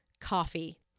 Coffee